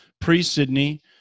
pre-Sydney